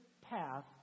path